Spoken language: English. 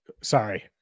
Sorry